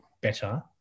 better